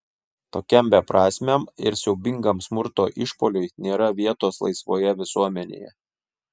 tokiam beprasmiam ir siaubingam smurto išpuoliui nėra vietos laisvoje visuomenėje